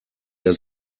der